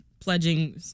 pledging